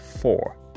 four